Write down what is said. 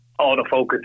autofocus